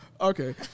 Okay